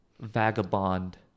Vagabond